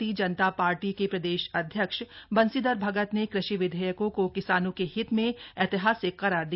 भारतीय जनता पार्टी के प्रदेश अध्यक्ष बंशीधर भगत ने कृषि विधेयकों को किसानों के हित में ऐतिहासिक करार दिया